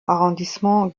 arrondissement